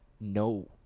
No